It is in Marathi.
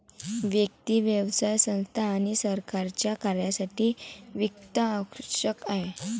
व्यक्ती, व्यवसाय संस्था आणि सरकारच्या कार्यासाठी वित्त आवश्यक आहे